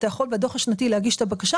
אתה יכול בדוח השנתי להגיש את הבקשה